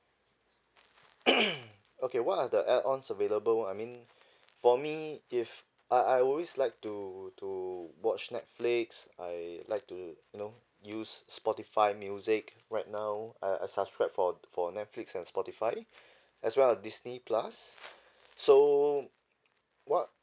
okay what are the add ons available I mean for me if I I always like to to watch netflix I like to you know use spotify music right now I I subscribe for for netflix and spotify as well disney plus so what